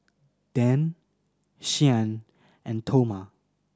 Dan Shyann and Toma